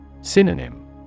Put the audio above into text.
Synonym